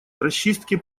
расчистке